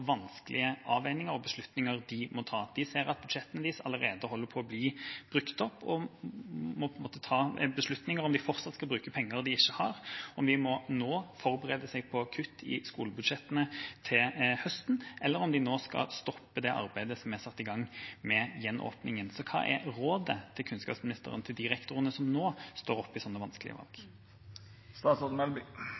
beslutninger de må ta. De ser at budsjettene deres allerede holder på å bli brukt opp, og de vil måtte ta beslutninger om de fortsatt skal bruke penger de ikke har, om de nå må forberede seg på kutt i skolebudsjettene til høsten, eller om de nå skal stoppe det arbeidet som er satt i gang med gjenåpningen. Hva er kunnskapsministerens råd til de rektorene som nå står oppe i slike vanskelige valg?